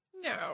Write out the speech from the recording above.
No